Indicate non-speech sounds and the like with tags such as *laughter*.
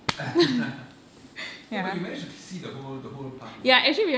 *laughs* eh but you managed to see the whole the whole park is it